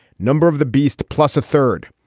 number of the beast plus a third.